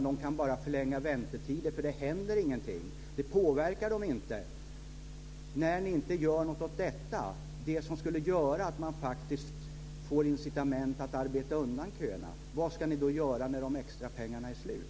De kan bara förlänga väntetider, för det händer ingenting, de påverkas inte. När ni inte gör något åt det som skulle göra att man faktiskt får incitament att arbeta undan köerna, vad ska ni då göra när de extra pengarna är slut?